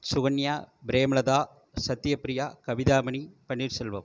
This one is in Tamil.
சுகன்யா பிரேமலதா சத்யப்ரியா கவிதாமணி பன்னீர்செல்வம்